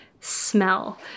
smell